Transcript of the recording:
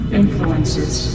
influences